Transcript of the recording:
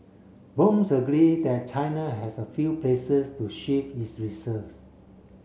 blooms agree that China has a few places to shift its reserves